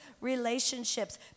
relationships